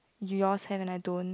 yours have and I don't